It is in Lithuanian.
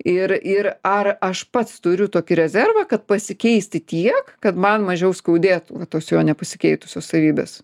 ir ir ar aš pats turiu tokį rezervą kad pasikeisti tiek kad man mažiau skaudėtų tos jo nepasikeitusios savybės